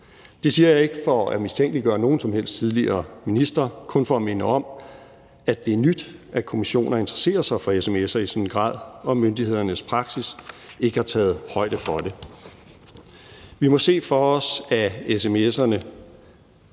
Det siger jeg ikke for at mistænkeliggøre nogen som helst tidligere ministre, kun for at minde om, at det er nyt, at kommissioner interesserer sig for sms'er i en sådan grad, og at myndighedernes praksis ikke har taget højde for det. Vi må se for os, at sms'erne